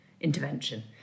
Intervention